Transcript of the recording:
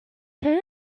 fan